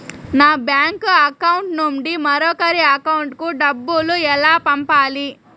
నా bank account నుండి మరొకరి అకౌంట్ కు డబ్బులు ఎలా పంపాలి